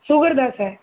ஷுகர்தான் sir